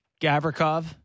Gavrikov